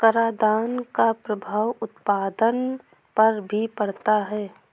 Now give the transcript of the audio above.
करादान का प्रभाव उत्पादन पर भी पड़ता है